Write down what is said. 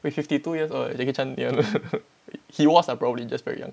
if fifty two years uh jackie chan ya lah he was ah probably just very young